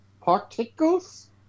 particles